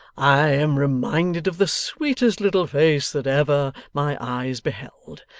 i am reminded of the sweetest little face that ever my eyes beheld.